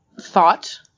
thought